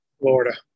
Florida